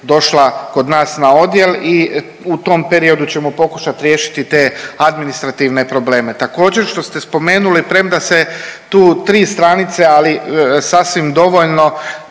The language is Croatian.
došla kod nas na odjel i u tom periodu ćemo pokušati riješiti te administrativne probleme. Također što ste spomenuli premda se tu tri stranice, ali sasvim dovoljno